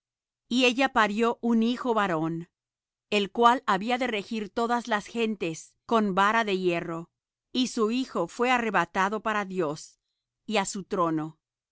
y ella parió un hijo varón el cual había de regir todas las gentes con vara de hierro y su hijo fué arrebatado para dios y á su trono